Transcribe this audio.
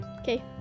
Okay